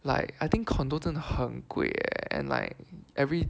like I think condo 真的很贵 eh and like every